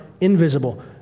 invisible